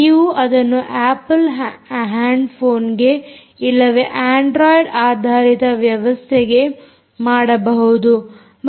ನೀವು ಅದನ್ನು Apple hand ಫೋನ್ಗೆ ಇಲ್ಲವೇ ಅಂಡ್ರೊಯಿಡ್ ಆಧಾರಿತ ವ್ಯವಸ್ಥೆಗೆ ಮಾಡಬಹುದು